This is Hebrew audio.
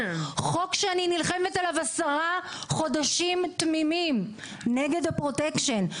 חוק שאני נלחמת עליו 10 חודשים תמימים נגד הפרוטקשן,